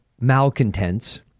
malcontents